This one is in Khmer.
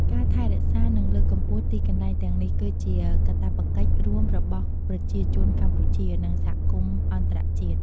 ការថែរក្សា និងលើកកម្ពស់ទីកន្លែងទាំងនេះ គឺជាកាតព្វកិច្ចរួមរបស់ប្រជាជនកម្ពុជា និងសហគមន៍អន្តរជាតិ។